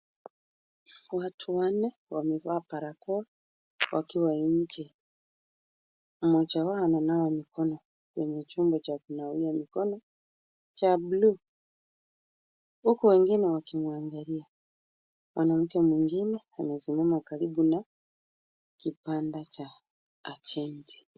Watu wanne wamevaa barakoa wakiwa nje, mmoja wao ananawa mikono kwenye chombo cha kunawia mikono cha bluu huku wengine wakimwangalia. Mwanamke mwingine amesimama karibu na kibanda cha ajenti.